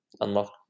unlock